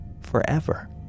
forever